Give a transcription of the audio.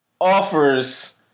offers